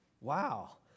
Wow